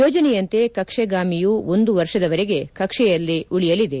ಯೋಜನೆಯಂತೆ ಕಕ್ಷೆಗಾಮಿಯು ಒಂದು ವರ್ಷದವರೆಗೆ ಕಕ್ಷೆಯಲ್ಲೇ ಉಳಿಯಲಿದೆ